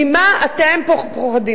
ממה אתם פוחדים?